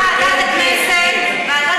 ועדת הכנסת.